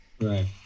right